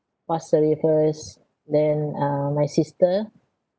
passed away first then uh my sister